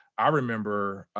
i remember